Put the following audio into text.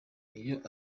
iyo